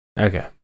okay